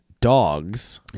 Dogs